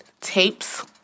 tapes